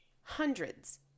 hundreds